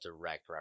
direct